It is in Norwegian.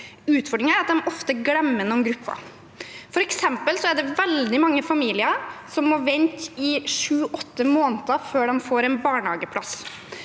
Utfordringen er at de ofte glemmer noen grupper. For eksempel er det veldig mange familier som må vente i sju–åtte måneder før de får en barnehageplass.